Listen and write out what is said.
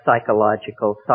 psychological